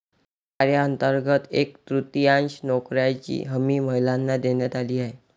या कायद्यांतर्गत एक तृतीयांश नोकऱ्यांची हमी महिलांना देण्यात आली आहे